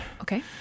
Okay